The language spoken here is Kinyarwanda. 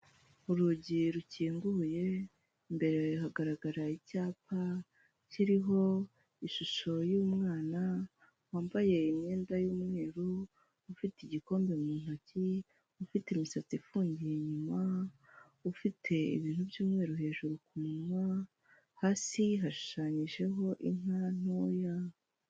Urugi rukinguye, imbere hagaragara icyapa, kiriho ishusho y'umwana, wambaye imyenda y'umweru, ufite igikombe mu ntoki, ufite imisatsi ifungiye inyuma, ufite ibintu by'umweru hejuru ku munwa, hasi hashushanyijeho inka ntoya.